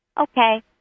Okay